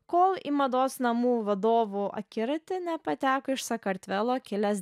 kol į mados namų vadovų akiratį nepateko iš sakartvelo kilęs